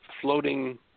floating